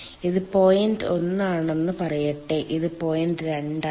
ഇത് പോയിന്റ് 1 ആണെന്ന് പറയട്ടെ ഇത് പോയിന്റ് 2 ആണ്